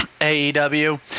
AEW